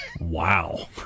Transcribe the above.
Wow